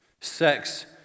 Sex